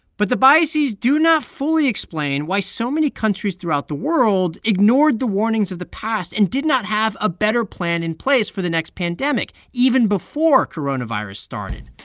but the biases do not fully explain why so many countries throughout the world ignored the warnings of the past and did not have a better plan in place for the next pandemic, even before coronavirus started.